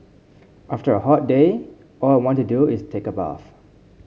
after a hot day all I want to do is take a bath